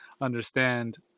understand